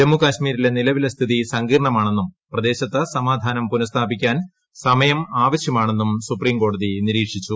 ജമ്മുകശ്മീരിലെ നിലവിലെ സ്ഥിതി സങ്കീർണമാണെന്നും പ്രദേശത്ത് സമാധാനം പുനസ്ഥാപിക്കാൻ സമയം ആവശ്യമാണെന്നും സുപ്രീം കോടതി നിരീക്ഷിച്ചു